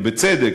ובצדק,